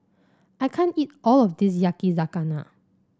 I can't eat all of this Yakizakana